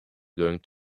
going